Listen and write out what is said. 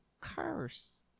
curse